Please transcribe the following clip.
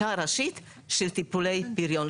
לתפקידי כיושב ראש איגוד רופאי בריאות הציבור אני גם